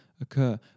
occur